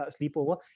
sleepover